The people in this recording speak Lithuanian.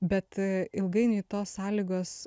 bet ilgainiui tos sąlygos